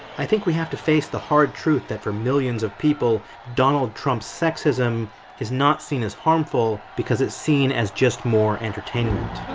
i think we have to face the hard truth that for millions of people, donald trump' sexism is not seen as harmful because it's seen as just more entertainment.